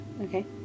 Okay